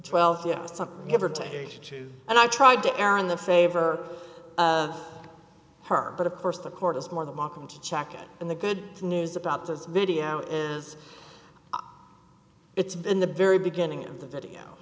two and i tried to error in the favor of her but of course the court is more than markham to check it and the good news about this video is it's been the very beginning of the video